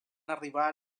arribar